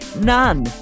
none